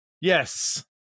yes